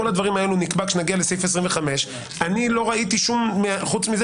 את כל הדברים האלו נקבע כשנגיע לסעיף 25. אני לא ראיתי חוץ מזה